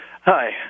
Hi